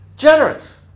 Generous